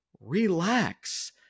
relax